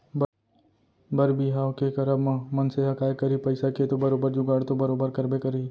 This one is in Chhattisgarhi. बर बिहाव के करब म मनसे ह काय करही पइसा के तो बरोबर जुगाड़ तो बरोबर करबे करही